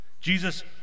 Jesus